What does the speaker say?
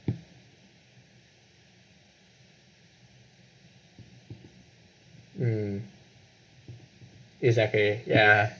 mm it's like a ya